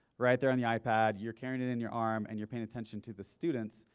right there in the ipad, you're carrying it in your arm and you're paying attention to the students,